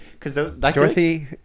Dorothy